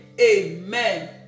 Amen